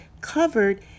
covered